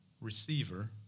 receiver